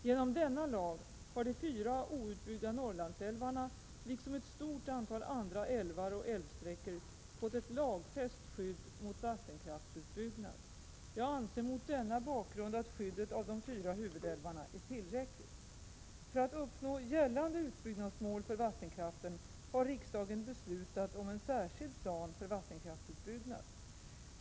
Genom denna lag har de fyra outbyggda Norrlandsälvarna liksom ett stort antal andra älvar och älvsträckor fått ett lagfäst skydd mot vattenkraftsutbyggnad. Jag anser mot denna bakgrund att skyddet av de fyra huvudälvarna är tillräckligt. För att uppnå gällande utbyggnadsmål för vattenkraften har riksdagen beslutat om en särskild plan för vattenkraftsutbyggnad.